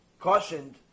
cautioned